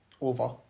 Over